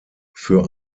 für